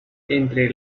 entre